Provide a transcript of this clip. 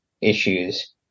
issues